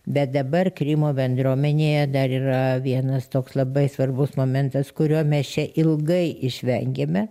bet dabar krymo bendruomenėje dar yra vienas toks labai svarbus momentas kurio mes čia ilgai išvengėme